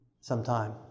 sometime